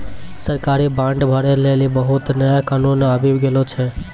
सरकारी बांड भरै लेली बहुते नया कानून आबि गेलो छै